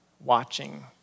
watching